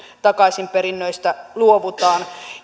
takaisinperinnöistä luovutaan